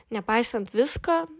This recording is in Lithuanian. nepaisant visko